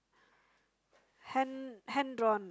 hand hand drawn